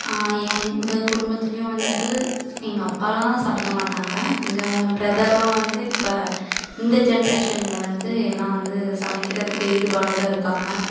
எங்கள் குடும்பத்துலேயும் வந்து எங்கள் அப்பாலாம் சமைக்க மாட்டாங்க எங்கள் பிரதர்லாம் வந்து இப்போ இந்த ஜெனரேஷனில் வந்து எல்லாம் வந்து சமைக்கிறதுக்கு ஈடுபாடோடு இருக்காங்க